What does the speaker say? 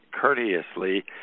courteously